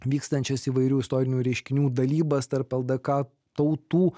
vykstančias įvairių istorinių reiškinių dalybas tarp ldk tautų